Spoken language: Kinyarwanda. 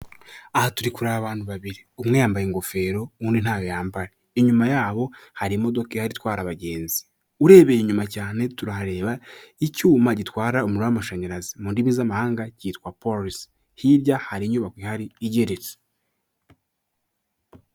Aha turi kureba abantu babiri, umwe yambaye ingofero, undi ntayo yambaye, inyuma y'abo hari imodoka ihari itwara abagenzi, urebeye inyuma cyane turahareba icyuma gitwara umuriro wamashanyarazi, mu ndimi z'amahanga cyitwa polesi, hirya hari inyubako ihari igeretse.